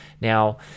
Now